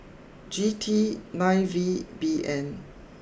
G T nine V B N